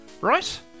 right